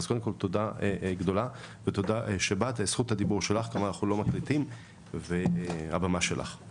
שאלה אחרונה ונצפה בסרט כאשר המטוס ממריא, אתה